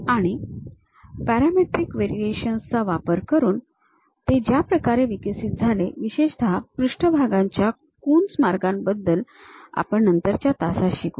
आणि parametric variations चा वापर करून ते ज्या प्रकारे विकसित झाले विशेषत पृष्ठभागांच्या कून्स मार्गाने त्याबद्दल आपण नंतरच्या तासात शिकू